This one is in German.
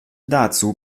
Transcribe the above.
dazu